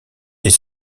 est